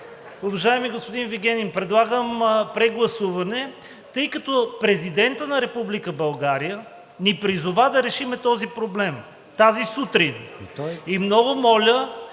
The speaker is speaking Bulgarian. Уважаеми господин Вигенин, предлагам прегласуване, тъй като Президентът на Република България ни призова да решим този проблем тази сутрин. И много моля